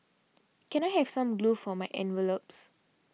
can I have some glue for my envelopes